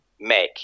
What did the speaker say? make